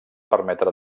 permetre